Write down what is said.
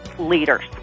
leaders